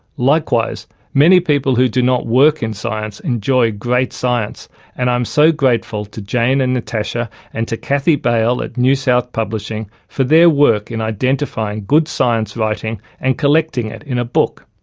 likewise many people who do not work in science enjoy great science and i am so grateful to jane and natasha and to kathy bail at newsouth publishing for their work in identifying good science writing and collecting it in a book.